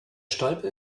stolpe